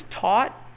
taught